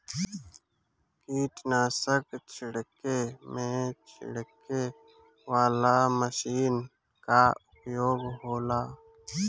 कीटनाशक छिड़के में छिड़के वाला मशीन कअ उपयोग होला